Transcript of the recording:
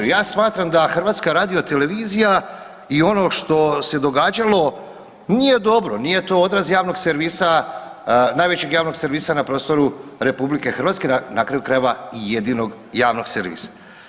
Ja smatram da HRT i ono što se događalo nije dobro, nije to odraz javnog servisa, najvećeg javnog servisa na prostoru RH, na kraju krajeva i jedinog javnog servisa.